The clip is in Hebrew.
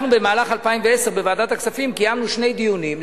אנחנו במהלך 2010 בוועדת הכספים קיימנו שני דיונים,